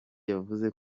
yavuze